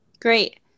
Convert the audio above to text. Great